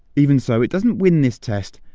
even so, it doesn't win this test,